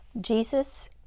Jesus